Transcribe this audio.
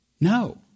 No